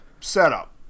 setup